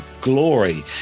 glory